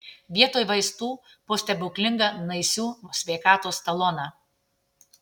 vietoj vaistų po stebuklingą naisių sveikatos taloną